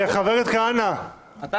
חבר הכנסת כהנא, תודה.